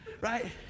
right